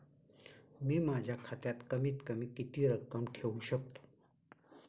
मी माझ्या खात्यात कमीत कमी किती रक्कम ठेऊ शकतो?